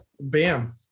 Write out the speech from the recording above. BAM